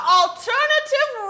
alternative